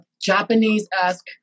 Japanese-esque